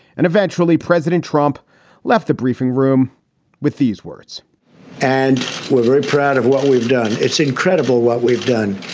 and eventually, president trump left the briefing room with these words and we're very proud of what we've done. it's incredible what we've done.